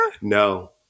No